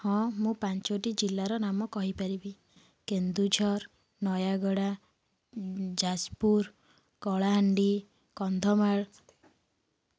ହଁ ମୁଁ ପାଞ୍ଚଟି ଜିଲ୍ଲାର ନାମ କହିପାରିବି କେନ୍ଦୁଝର ନୟାଗଡ଼ ଯାଜପୁର କଳାହାଣ୍ଡି କନ୍ଧମାଳ